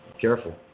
careful